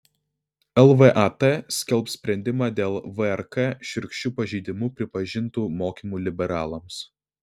lvat skelbs sprendimą dėl vrk šiurkščiu pažeidimu pripažintų mokymų liberalams